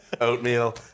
Oatmeal